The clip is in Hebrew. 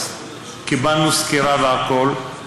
קיבלנו סקירה והכול.